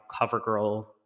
CoverGirl